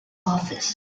office